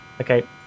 Okay